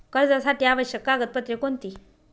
कर्जासाठी आवश्यक कागदपत्रे कोणती?